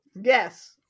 yes